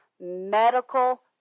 medical